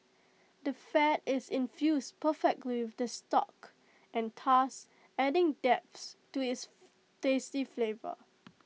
the fat is infused perfectly with the stock and thus adding depth to its tasty flavour